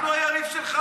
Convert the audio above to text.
כואב לך.